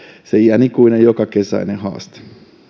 se iän ikuinen jokakesäinen haaste